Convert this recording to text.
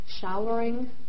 showering